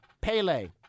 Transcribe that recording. Pele